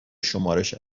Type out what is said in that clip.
شمارش